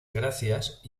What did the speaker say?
gracias